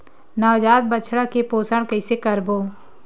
नवजात बछड़ा के पोषण कइसे करबो?